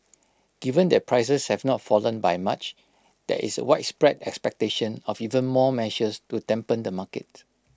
given that prices have not fallen by much there is widespread expectation of even more measures to dampen the market